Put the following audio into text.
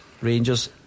Rangers